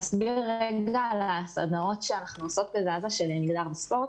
אסביר על הסדנאות שאנחנו עושות ב"זזה" של מגדר וספורט.